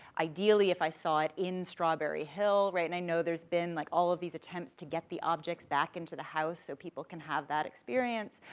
ideally, if i saw it in strawberry hill, right, and i know there's been, like all of these attempts to get the objects back into the house, so people can have that experience.